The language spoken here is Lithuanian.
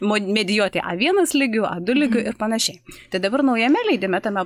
mu medijuoti a vienas lygiu a du lygiu ir panašiai tad dabar naujame leidime tame